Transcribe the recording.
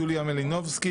יוליה מלינובסקי,